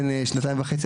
הוא בן שנתיים וחצי,